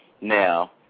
Now